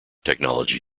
technology